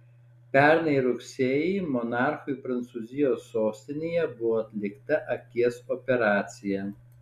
pernai rugsėjį monarchui prancūzijos sostinėje buvo atlikta akies operacija